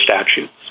statutes